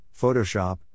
Photoshop